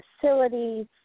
facilities